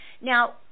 Now